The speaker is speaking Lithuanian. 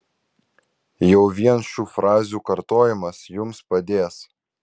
jau vien šių frazių kartojimas jums padės